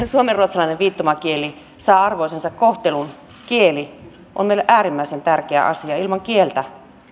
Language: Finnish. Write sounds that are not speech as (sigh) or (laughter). (unintelligible) suomenruotsalainen viittomakieli saa arvoisensa kohtelun kieli on meille äärimmäisen tärkeä asia ilman kieltä